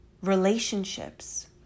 relationships